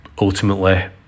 ultimately